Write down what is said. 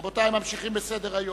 רבותי, אנחנו ממשיכים בסדר-היום.